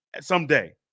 someday